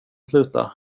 sluta